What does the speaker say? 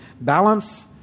balance